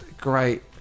great